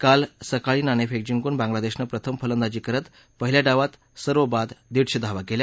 काल सकाळी नाणेफेक जिंकून बांगलादेशानं प्रथम फलंदाजी करत पाहिल्या डावात सर्व बाद दिडशे धावा केल्या